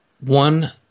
one